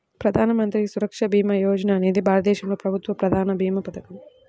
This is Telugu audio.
ప్రధాన మంత్రి సురక్ష భీమా యోజన అనేది భారతదేశంలో ప్రభుత్వ ప్రమాద భీమా పథకం